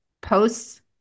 posts